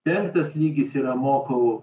penktas lygis yra mokau